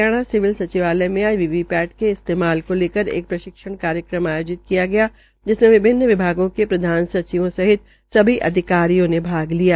Haryana civil सचिवालय में आज वी वी पेट के इस्तेमाल को लेकर एक प्रशिक्षण कार्यक्रम भी आयोजित किया गया जिसमें विभिन्न विभागों के प्रधान सचिवों सहित सभी अधिकारियों ने भाग लिया